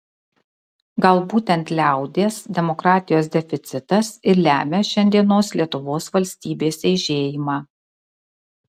gal būtent liaudies demokratijos deficitas ir lemia šiandienos lietuvos valstybės eižėjimą